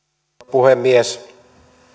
puhemies